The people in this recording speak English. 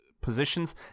positions